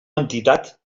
entitat